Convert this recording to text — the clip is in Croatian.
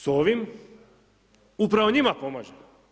S ovim upravo njima pomažemo.